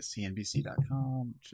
CNBC.com